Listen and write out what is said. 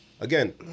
Again